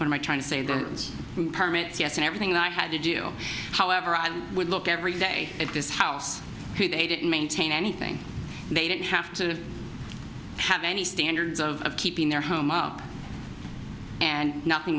et and i trying to say the permits yes and everything that i had to do however i would look every day at this house they didn't maintain anything they didn't have to have any standards of keeping their home up and nothing